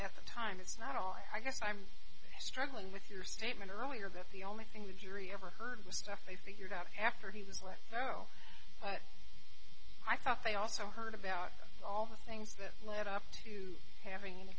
the time it's not all i guess i'm struggling with your statement earlier that the only thing the jury ever heard was stuff they figured out after he was let go but i thought they also heard about all the things that led up to having